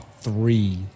three